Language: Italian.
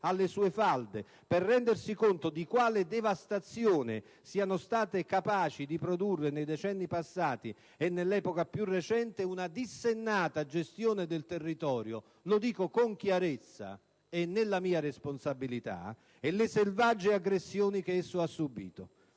alle sue falde, per rendersi conto di quale devastazione siano state capaci di produrre nei decenni passati, e nell'epoca più recente, una dissennata gestione del territorio - lo dico con chiarezza e me ne assumo la responsabilità - e le selvagge aggressioni che esso ha subito.